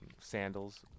sandals